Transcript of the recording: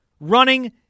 running